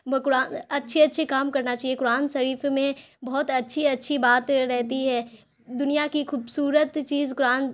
قرآن سے اچھے اچھے کام کرنا چاہیے قرآن شریف میں بہت اچھی اچھی بات رہتی ہے دنیا کی خوبصورت چیز قرآن